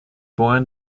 born